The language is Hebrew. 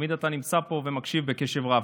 תמיד אתה נמצא פה ומקשיב בקשב רב.